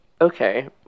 okay